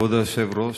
כבוד היושב-ראש,